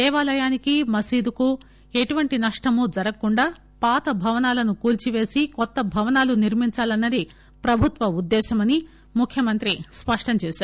దేవాలయానికి మసీదుకు ఎటువంటి నష్టం జరగకుండా పాత భవనాలను కూల్చివేసి కొత్త భవనాలు నిర్మించాలన్నది ప్రభుత్వ ఉద్దేశమని ముఖ్యమంత్రి స్పష్టం చేశారు